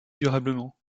durablement